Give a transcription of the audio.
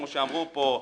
כמו שאמרו פה,